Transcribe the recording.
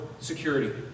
security